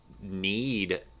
need